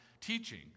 teaching